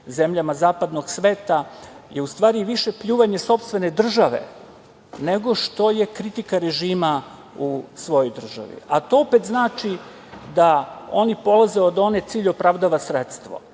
zemljama zapadnog sveta je u stvari više pljuvanje sopstvene države, nego što je kritika ražima u svojoj državi, a to opet znači da oni polaze od one – cilj opravdava sredstvo.